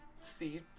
see